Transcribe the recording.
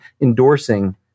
endorsing